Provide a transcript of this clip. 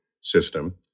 system